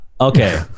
okay